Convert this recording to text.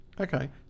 Okay